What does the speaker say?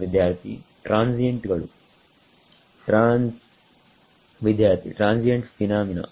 ವಿದ್ಯಾರ್ಥಿಟ್ರಾನ್ಸಿಯೆಂಟ್ ಗಳು ಟ್ರಾನ್ಸ್ ವಿದ್ಯಾರ್ಥಿಟ್ರಾನ್ಸಿಯೆಂಟ್ ಫಿನಾಮಿನಾ